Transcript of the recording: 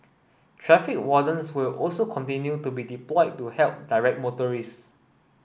traffic wardens will also continue to be deployed to help direct motorist